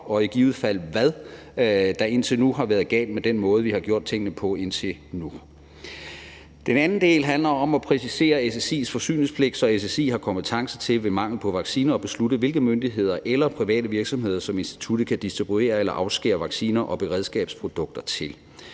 og i givet fald hvad det har været, med den måde, vi har gjort tingene på indtil nu. Den anden del handler om at præcisere SSI's forsyningspligt, så SSI ved mangel på vacciner har kompetence til at beslutte, hvilke myndigheder eller private virksomheder som instituttet kan distribuere eller afskære vacciner og beredskabsprodukter til.